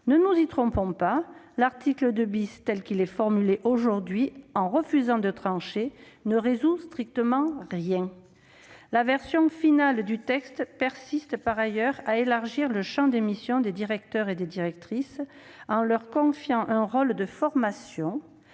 Ne nous y trompons pas, l'article 2 tel qu'il est formulé aujourd'hui, témoignant d'un refus de trancher, ne résout strictement rien. La version finale du texte persiste, par ailleurs, à élargir le champ des missions des directeurs et directrices en leur confiant un rôle de formation,